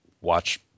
watch